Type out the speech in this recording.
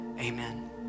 Amen